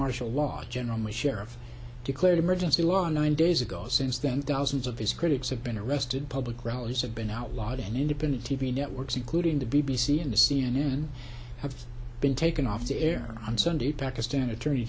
martial law general musharraf declared emergency law nine days ago since then thousands of his critics have been arrested public rallies have been outlawed and independent t v networks including the b b c and c n n have been taken off the air on sunday pakistan attorney